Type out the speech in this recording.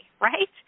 right